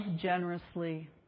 generously